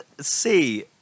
see